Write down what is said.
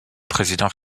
président